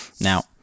Now